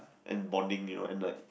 and bonding you know and like